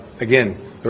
again